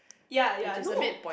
ya ya no